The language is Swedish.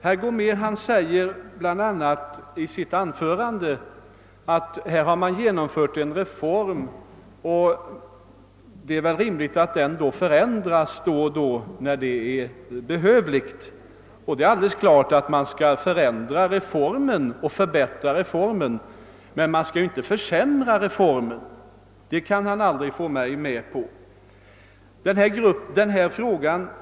Herr Gomér sade bl.a. i sitt anförande att det väl är rimligt att den genomförda reformen förändras då och då, när så är behövligt. Ja, det är alldeles klart att man skall förändra och förbättra reformen, men man skall inte försämra den — något sådant går det aldrig att få mig med på.